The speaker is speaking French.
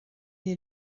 est